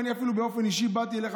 ואני באופן אישי אפילו באתי אליך,